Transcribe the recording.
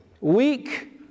weak